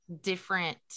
different